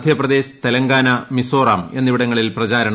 മധ്യപ്രദേശ് തെലങ്കാന മിസോറാം എന്നിവിടങ്ങളിൽ പ്രചാരണം ഊർജ്ജിതം